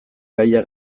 gaia